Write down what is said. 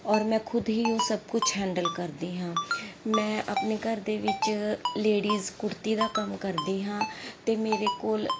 ਔਰ ਮੈਂ ਖੁਦ ਹੀ ਉਹ ਸਭ ਕੁਛ ਹੈਂਡਲ ਕਰਦੀ ਹਾਂ ਮੈਂ ਆਪਣੇ ਘਰ ਦੇ ਵਿੱਚ ਲੇਡੀਜ਼ ਕੁੜਤੀ ਦਾ ਕੰਮ ਕਰਦੀ ਹਾਂ ਅਤੇ ਮੇਰੇ ਕੋਲ